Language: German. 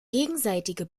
gegenseitige